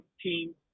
team